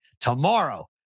tomorrow